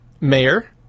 mayor